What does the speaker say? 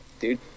dude